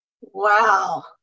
Wow